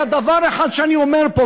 לא היה דבר אחד שאני אומר פה,